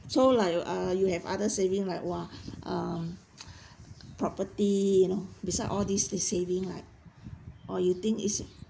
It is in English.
so like you uh you have other saving like !wah! um property you know beside all these these saving right or you think is